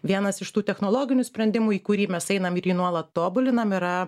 vienas iš tų technologinių sprendimų į kurį mes einam ir jį nuolat tobulinam yra